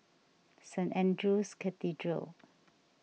Saint andrew's Cathedral